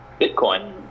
Bitcoin